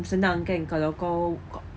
senang kan kalau kau ko~